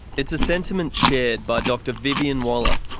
it's a sentiment shared by dr vivian waller,